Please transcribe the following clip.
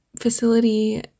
facility